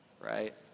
Right